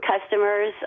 Customers